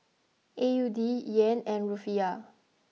A U D Yen and Rufiyaa